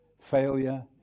failure